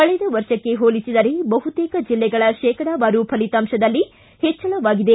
ಕಳೆದ ವರ್ಷಕ್ಕೆ ಹೋಲಿಸಿದರೆ ಬಹುತೇಕ ಜಿಲ್ಲೆಗಳ ಶೇಕಡಾವಾರು ಫಲಿತಾಂಶದಲ್ಲಿ ಹೆಚ್ಡಳವಾಗಿದೆ